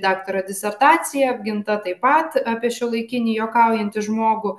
daktaro disertacija apginta taip pat apie šiuolaikinį juokaujantį žmogų